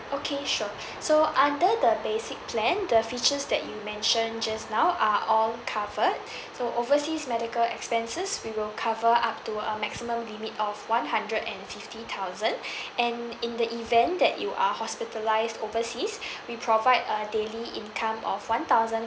okay sure so under the basic plan the features that you mentioned just now are all covered so overseas medical expenses we will cover up to a maximum limit of one hundred and fifty thousand and in the event that you are hospitalized overseas we provide a daily income of one thousand